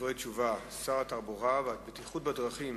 דברי התשובה, שר התחבורה והבטיחות בדרכים